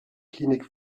klinik